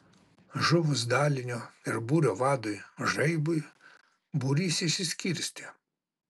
žuvus dalinio ir būrio vadui žaibui būrys išsiskirstė